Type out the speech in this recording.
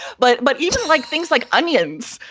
but but even like things like onions,